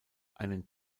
einen